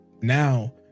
now